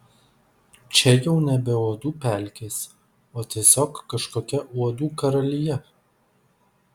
čia jau nebe uodų pelkės o tiesiog kažkokia uodų karalija